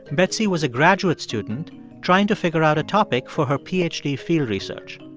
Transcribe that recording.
betsy was a graduate student trying to figure out a topic for her ph d. field research.